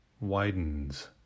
widens